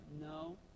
No